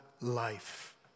life